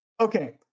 okay